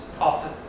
often